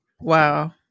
Wow